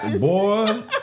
Boy